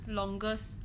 longest